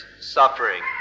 suffering